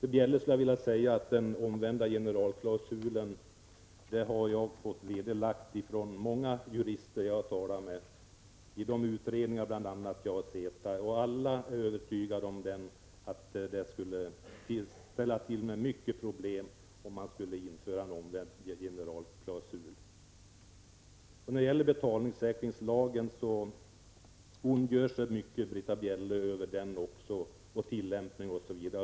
Till Britta Bjelle vill jag säga att jag har talat med många jurister, bl.a. i de utredningar jag har deltagit i, och alla är övertygade om att en omvänd generalklausul skulle ställa till stora problem. Britta Bjelle ondgör sig också över betalningssäkringslagen, dess tillämpning osv.